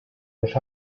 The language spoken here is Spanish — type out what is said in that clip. los